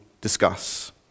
discuss